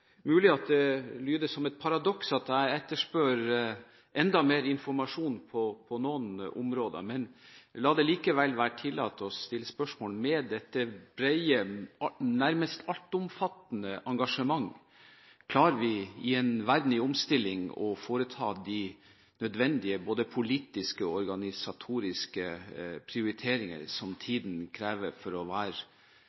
mulig at det lyder som et paradoks at jeg etterspør enda mer informasjon på noen områder, men la det likevel være tillatt å stille spørsmål ved dette brede, nærmest altomfattende, engasjement. Klarer vi i en verden i omstilling å foreta de nødvendige både politiske og organisatoriske prioriteringer som